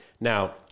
Now